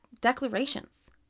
declarations